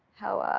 how,